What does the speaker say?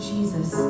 Jesus